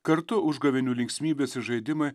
kartu užgavėnių linksmybės ir žaidimai